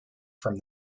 from